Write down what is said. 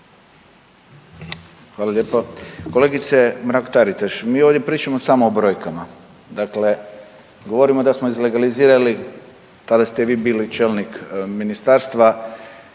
Hvala lijepo. Kolegice Mrak Taritaš, mi ovdje pričamo samo o brojkama, dakle govorimo da smo izlegalizirali, tada te vi bili čelnik ministarstva